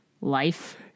life